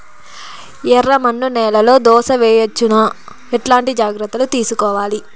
ఎర్రమన్ను నేలలో దోస వేయవచ్చునా? ఎట్లాంటి జాగ్రత్త లు తీసుకోవాలి?